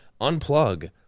Unplug